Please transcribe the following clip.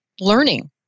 learning